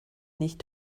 nicht